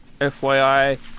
FYI